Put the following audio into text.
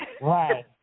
Right